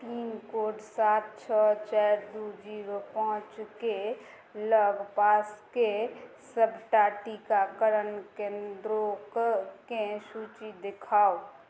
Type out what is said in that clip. pincode सात छओ चारि दू जीरो पाँचके लगपासके सबटा टीकाकरण केन्द्रककेँ सूची देखाउ